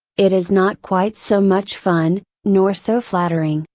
it is not quite so much fun, nor so flattering,